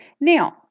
Now